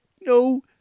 No